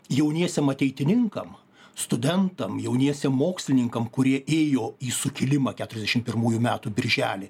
jauniesiem ateitininkam studentam jauniesiem mokslininkam kurie ėjo į sukilimą keturiasdešim pirmųjų metų birželį